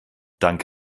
dank